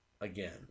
Again